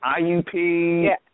IUP